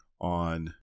on